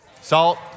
Salt